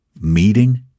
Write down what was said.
meeting